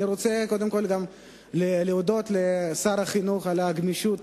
אני רוצה קודם כול גם להודות לשר החינוך על הגמישות